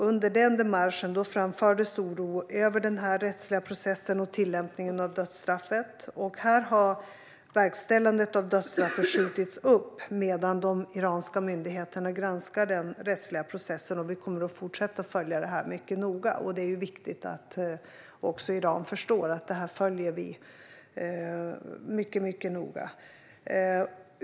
Under denna démarche framfördes oro över den rättsliga processen och tillämpningen av dödsstraffet. Här har verkställandet av dödsstraffet skjutits upp medan de iranska myndigheterna granskar den rättsliga processen. Vi kommer att fortsätta att följa detta mycket noga, och det är viktigt att Iran också förstår att vi gör det.